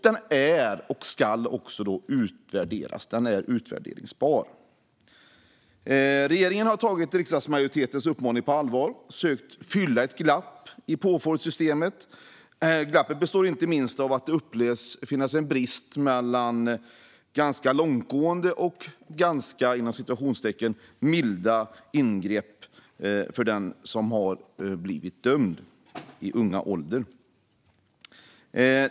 Den ska också utvärderas - den är utvärderbar. Regeringen har tagit riksdagsmajoritetens uppmaning på allvar och sökt fylla ett glapp i påföljdssystemet. Glappet består inte minst av att det upplevs finnas en brist mellan ganska långtgående och ganska "milda" ingrepp för den som har blivit dömd i ung ålder.